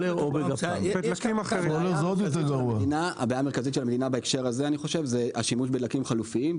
הבעיה המרכזית של המדינה בהקשר הזה זה השימוש בדלקים חלופיים,